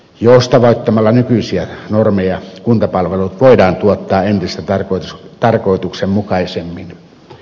joustavoittamalla nykyisiä normeja kuntapalvelut voidaan tuottaa entistä tarkoituksenmukaisemmin